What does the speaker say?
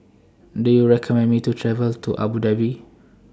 Do YOU recommend Me to travel to Abu Dhabi